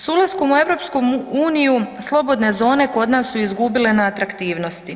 S ulaskom u EU, slobodne zone kod nas su izgubile na atraktivnosti.